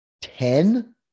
ten